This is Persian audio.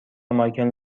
مایکل